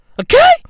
Okay